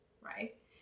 right